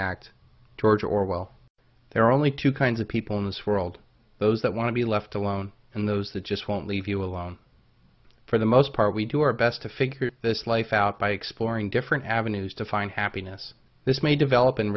act george orwell there are only two kinds of people in this world those that want to be left alone and those that just won't leave you alone for the most part we do our best to figure this life out by exploring different avenues to find happiness this may develop